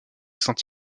saint